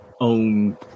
own